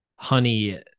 honey